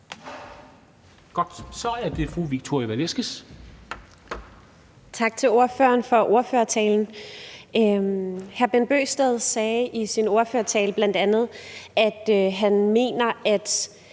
Tak til hr. Bent Bøgsted for ordførertalen. Hr. Bent Bøgsted sagde i sin ordførertale bl.a., at han mener, at